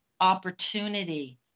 opportunity